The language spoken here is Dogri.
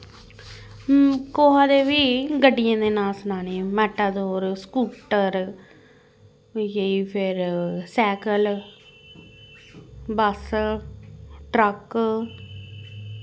कुसै दे बी गड्डियें दे नांऽ सनाने मैटाडोर स्कूटर होई गेई फिर सैकल बस ट्रक